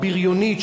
הבריונית,